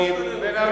מחבלים לא השתוללו.